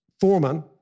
Foreman